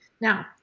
Now